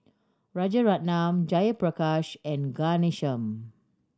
Rajaratnam Jayaprakash and Ghanshyam